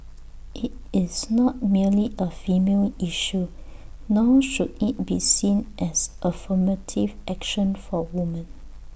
IT is not merely A female issue nor should IT be seen as affirmative action for woman